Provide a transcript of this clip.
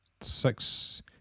six